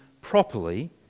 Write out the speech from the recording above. properly